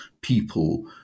people